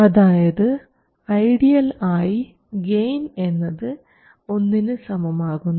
അതായത് ഐഡിയൽ ആയി ഗെയിൻ എന്നത് ഒന്നിന് സമമാകുന്നു